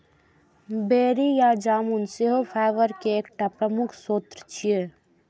बेरी या जामुन सेहो फाइबर के एकटा प्रमुख स्रोत छियै